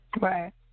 Right